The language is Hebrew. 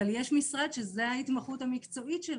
אבל יש משרד שזו ההתמחות המקצועית שלו.